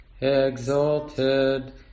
exalted